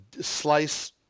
slice